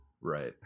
Right